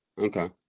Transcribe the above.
Okay